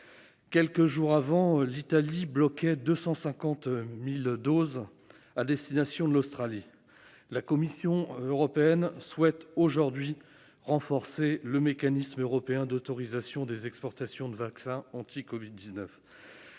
Quelques jours avant, l'Italie bloquait 250 000 doses à destination de l'Australie. La Commission européenne souhaite aujourd'hui renforcer le mécanisme européen d'autorisation des exportations de vaccins contre la covid-19.